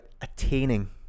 attaining